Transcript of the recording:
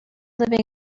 living